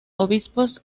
obispos